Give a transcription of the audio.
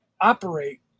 operate